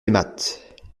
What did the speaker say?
aimâtes